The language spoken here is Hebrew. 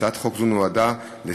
הצעת חוק זאת נועדה לסייע